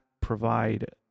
provide